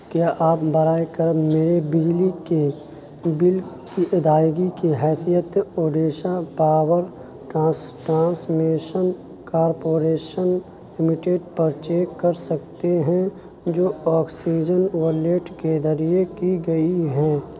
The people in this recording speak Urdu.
کیا آپ برائے کرم میرے بجلی کے بل کی ادائیگی کی حیثیت Orissa power transmission corporation limited پر چیک کر سکتے ہیں جو آکسیجن والیٹ کے ذریعے کی گئی ہیں